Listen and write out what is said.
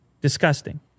Disgusting